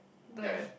blend